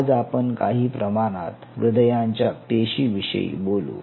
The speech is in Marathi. आज आपण काही प्रमाणात हृदयांच्या पेशी विषयी बोलू